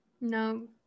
no